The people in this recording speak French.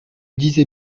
disais